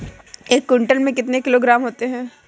एक क्विंटल में कितने किलोग्राम होते हैं?